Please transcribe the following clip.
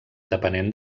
depenent